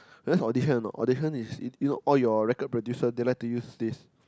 you use audition or not audition is you know all your record producers they like to use this